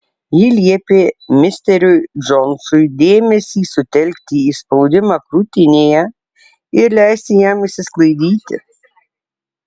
ji liepė misteriui džonsui dėmesį sutelkti į spaudimą krūtinėje ir leisti jam išsisklaidyti